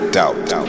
doubt